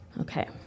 Okay